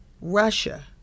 russia